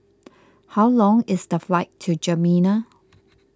how long is the flight to N'Djamena